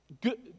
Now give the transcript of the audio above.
good